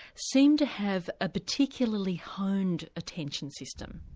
seem to have a particularly honed attention system.